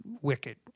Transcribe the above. wicked